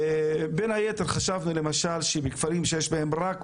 בין היתר חשבנו למשל שבכפרים שיש בהם רק מוסלמים,